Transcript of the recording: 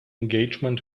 engagement